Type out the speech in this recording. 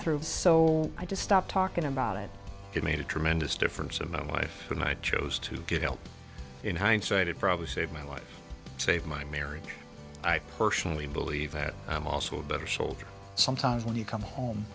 through so i just stopped talking about it it made a tremendous difference in my life when i chose to get help in hindsight it probably saved my life save my marriage i personally believe that i'm also a better soldier sometimes when you come home